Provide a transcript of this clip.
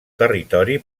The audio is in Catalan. territori